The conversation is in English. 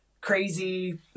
crazy